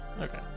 Okay